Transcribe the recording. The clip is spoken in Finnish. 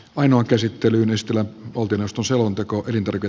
ainoa käsittelyyn estellä oltiin ostoselonteko kiitos